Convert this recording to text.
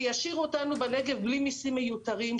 שישאירו אותנו בנגב בלי מיסים מיותרים,